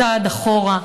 צעד אחורה,